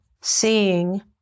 seeing